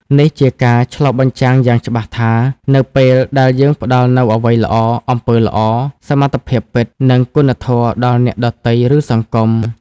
នេះជាការឆ្លុះបញ្ចាំងយ៉ាងច្បាស់ថា នៅពេលដែលយើងផ្ដល់នូវអ្វីល្អ អំពើល្អ សមត្ថភាពពិត និងគុណធម៌ដល់អ្នកដទៃ ឬសង្គម។